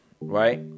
right